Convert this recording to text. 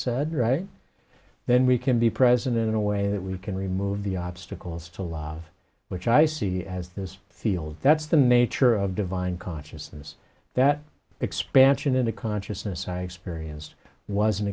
said right then we can be present in a way that we can remove the obstacles to live which i see as this field that's the mater of divine consciousness that expansion into consciousness i experienced was